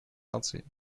наций